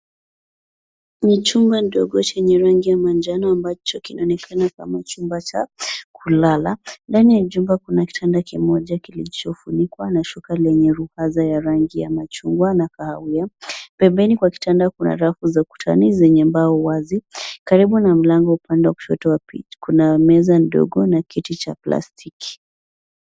Ni chumba ndogo chenye rangi ya manjano ambacho kinaonekana kama chumba cha kulala. Ndani ya jumba kuna kitanda kimoja kilichofunikwa na shuka lenye rufaza ya rangi ya machungwa na kahawia. Pembeni kwa kitanda kuna rafu za ukutani zenye mbao wazi. Karibu na mlango upande wa kushoto kuna meza ndogo na kiti cha plastiki.